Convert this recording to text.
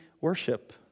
worship